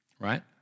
right